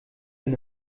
bin